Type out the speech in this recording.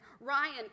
Ryan